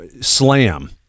slam